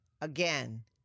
again